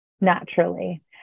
naturally